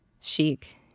chic